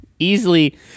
easily